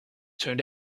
turned